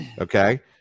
okay